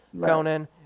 Conan